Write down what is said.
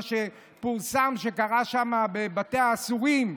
מה שפורסם שקרה שם בבתי האסורים,